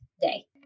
day